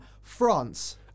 France